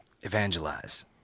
Evangelize